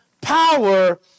power